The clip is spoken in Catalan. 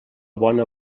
bona